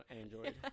android